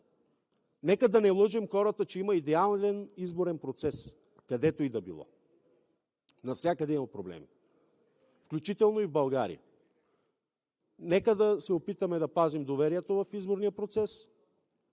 нека да не лъжем хората, че има идеален изборен процес – където и да било. Навсякъде има проблеми, включително и в България. Нека да се опитаме да пазим доверието в изборния процес